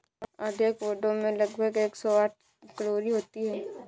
आधे एवोकाडो में लगभग एक सौ साठ कैलोरी होती है